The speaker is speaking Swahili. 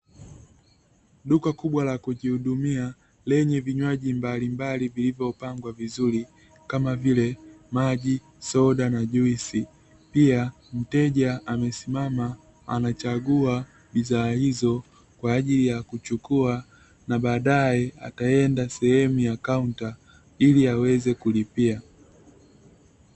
Duka kubwa la kujihudumia, lenye vinywaji mbalimbali vilivyopangwa vizuri, kama vile maji, soda na juisi. Pia, mteja amesimama, anachagua bidhaa hizo kwa ajili ya kuchukua, na baadae ataenda sehemu ya kaunta ili aweze kulipia.